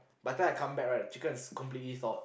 by the time I come back right the chicken is completely salt